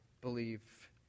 believe